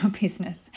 business